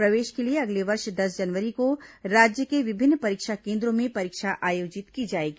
प्रवेश के लिए अगले वर्ष दस जनवरी को राज्य के विभिन्न परीक्षा केन्द्रों में परीक्षा आयोजित की जाएगी